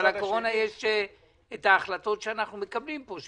אז על הקורונה יש את ההחלטות שאנחנו מקבלים פה,